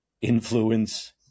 influence